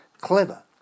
clever